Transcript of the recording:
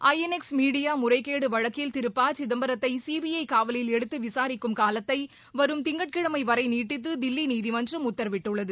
INX media முறைகேடு வழக்கில் திரு ப சிதம்பரத்தை சிபிஐ காவலில் எடுத்து விசாரிக்கும் காலத்தை வரும் திங்கட்கிழமை வரை நீட்டித்து தில்லி நீதிமன்றம் உத்தரவிட்டுள்ளது